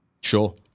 Sure